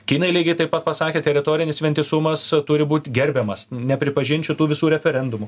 kinai lygiai taip pat pasakė teritorinis vientisumas turi būt gerbiamas nepripažint šitų visų referendumų